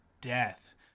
death